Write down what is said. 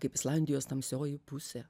kaip islandijos tamsioji pusė